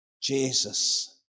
Jesus